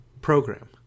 program